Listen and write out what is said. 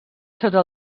sota